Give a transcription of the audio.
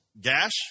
Gash